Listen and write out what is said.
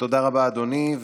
תודה רבה, אדוני.